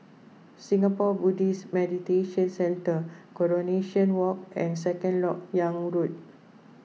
Singapore Buddhist Meditation Centre Coronation Walk and Second Lok Yang Road